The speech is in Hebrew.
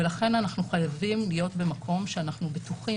ולכן אנחנו חייבים להיות במקום שאנחנו בטוחים